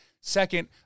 Second